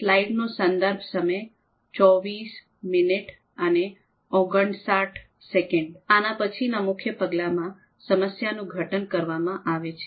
આના પછી ના મુખ્ય પગલામાં સમસ્યાનું ઘટન કરવામાં આવે છે